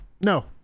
no